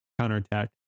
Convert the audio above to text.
counterattack